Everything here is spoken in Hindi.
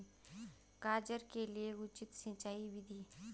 गाजर के लिए उचित सिंचाई विधि?